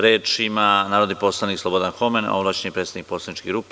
Reč ima narodni poslanik Slobodan Homen, ovlašćeni predstavnik poslaničke grupe.